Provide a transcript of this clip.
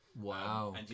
Wow